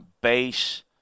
base